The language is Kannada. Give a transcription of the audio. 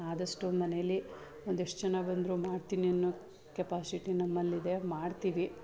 ಆದಷ್ಟು ಮನೇಲಿ ಒಂದೆಷ್ಟು ಜನ ಬಂದರು ಮಾಡ್ತೀನಿ ಅನ್ನೋ ಕೆಪಾಶಿಟಿ ನಮ್ಮಲ್ಲಿದೆ ಮಾಡ್ತೀವಿ